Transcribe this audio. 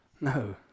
No